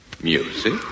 Music